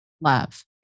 love